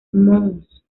mons